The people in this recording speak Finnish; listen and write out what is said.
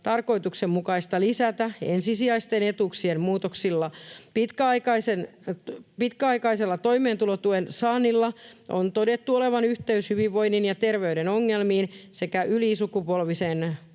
tarkoituksenmukaista lisätä ensisijaisten etuuksien muutoksilla. Pitkäaikaisella toimeentulotuen saannilla on todettu olevan yhteys hyvinvoinnin ja terveyden ongelmiin sekä ylisukupolviseen